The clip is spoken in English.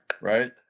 right